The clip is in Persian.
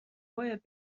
باید